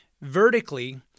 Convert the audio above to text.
vertically